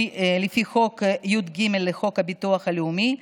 לפי פרק י"ג לחוק הביטוח הלאומי ,